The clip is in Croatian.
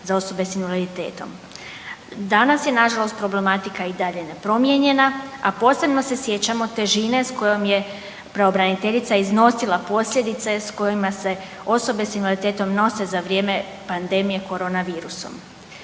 Danas je nažalost problematika i dalje nepromijenjena, a posebno se sjećamo težine s kojom je pravobraniteljica iznosila posljedice s kojima se osobe s invaliditetom nose za vrijeme pandemije koronavirusom.